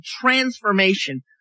transformation